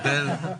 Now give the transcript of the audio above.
התשפ"ב 2021,